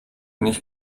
nicht